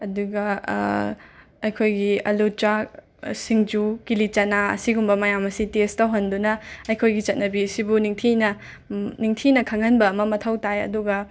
ꯑꯗꯨꯒ ꯑꯩꯈꯣꯏꯒꯤ ꯑꯜꯂꯨ ꯆꯥꯛ ꯁꯤꯡꯖꯨ ꯀꯤꯂꯤ ꯆꯅꯥ ꯑꯁꯤꯒꯨꯝꯕ ꯃꯌꯥꯝ ꯑꯁꯤ ꯇꯦꯁ ꯇꯧꯍꯟꯗꯨꯅ ꯑꯩꯈꯣꯏꯒꯤ ꯆꯠꯅꯕꯤ ꯑꯁꯤꯕꯨ ꯅꯤꯡꯊꯤꯅ ꯅꯤꯡꯊꯤꯅ ꯈꯪꯍꯟꯕ ꯑꯃ ꯃꯊꯧ ꯇꯥꯏ ꯑꯗꯨꯒ